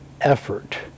effort